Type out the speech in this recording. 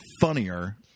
funnier